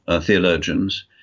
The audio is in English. theologians